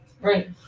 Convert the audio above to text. Right